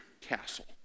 Castle